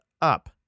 Up